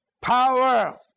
power